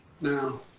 Now